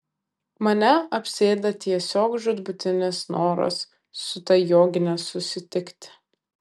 mane apsėda tiesiog žūtbūtinis noras su ta jogine susitikti